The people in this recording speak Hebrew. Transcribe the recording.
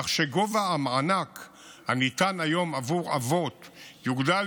כך שגובה המענק הניתן היום עבור אבות יוגדל